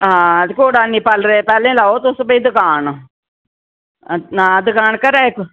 हां ते कोई डर नेईं पार्लर दे पैह्लें लैओ तुस भई दुकान हां दकान घरै इक